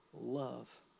love